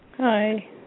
Hi